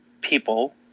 people